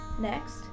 Next